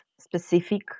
specific